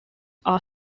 are